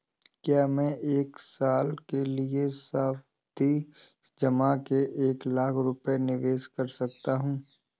क्या मैं एक साल के लिए सावधि जमा में एक लाख रुपये निवेश कर सकता हूँ?